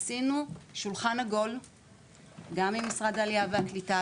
עשינו שולחן עגול גם עם משרד העלייה והקליטה,